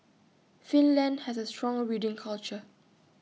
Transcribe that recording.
Finland has A strong reading culture